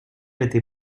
était